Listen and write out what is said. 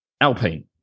Alpine